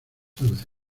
tarde